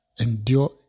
Endure